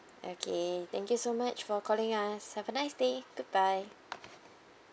okay thank you so much for calling us have a nice day goodbye